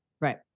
Right